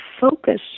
focus